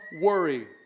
worry